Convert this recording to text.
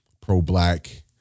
pro-black